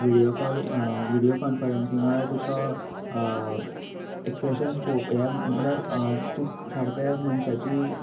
video call video कॉन्फरंसिंगार तुका expressions पळोवप हें म्हटल्यार तुक् सारकें मनशाची